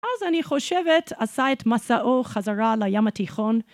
אז אני חושבת עשה את מסעו חזרה לים התיכון.